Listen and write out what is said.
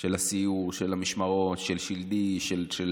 של הסיור, של המשמרות, של שלדי, של